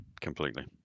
completely